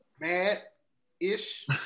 mad-ish